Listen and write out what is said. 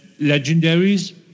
legendaries